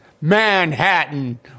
Manhattan